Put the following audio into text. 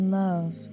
love